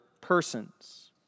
persons